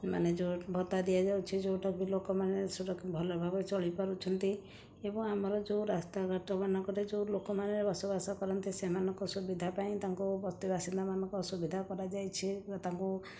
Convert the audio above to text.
ମାନେ ଯେଉଁ ଭତ୍ତା ଦିଆଯାଉଛି ଯେଉଁଟାକୁ ଲୋକମାନେ ଭଲଭାବରେ ଚଳିପାରୁଛନ୍ତି ଏବଂ ଆମର ଯେଉଁ ରାସ୍ତାଘାଟମାନଙ୍କରେ ଯେଉଁ ଲୋକମାନେ ବସବାସ କରନ୍ତି ସେମାନଙ୍କ ସୁବିଧା ପାଇଁ ତାଙ୍କୁ ବସ୍ତି ବାସିନ୍ଦାମାନଙ୍କ ସୁବିଧା କରାଯାଇଛି ବା ତାଙ୍କୁ